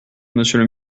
monsieur